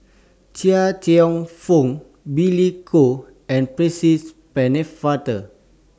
Chia Cheong Fook Billy Koh and Percy Pennefather